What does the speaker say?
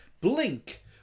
Blink